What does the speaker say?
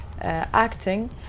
acting